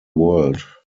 world